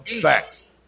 Facts